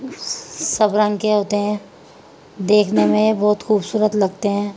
سب رنگ کے ہوتے ہیں دیکھنے میں بہت خوبصورت لگتے ہیں